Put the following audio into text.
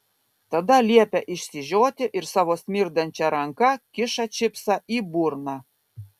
tada liepia išsižioti ir savo smirdančia ranka kiša čipsą į burną